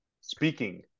Speaking